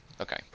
Okay